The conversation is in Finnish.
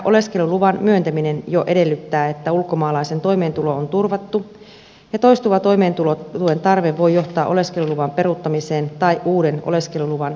oleskeluluvan myöntäminen jo edellyttää että ulkomaalaisen toimeentulo on turvattu ja toistuva toimeentulotuen tarve voi johtaa oleskeluluvan peruuttamiseen tai uuden oleskeluluvan epäämiseen